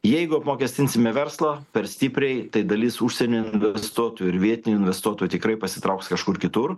jeigu apmokestinsime verslą per stipriai tai dalis užsienio investuotojų ir vietinių investuotojų tikrai pasitrauks kažkur kitur